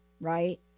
right